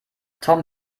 tom